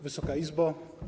Wysoka Izbo!